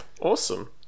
Awesome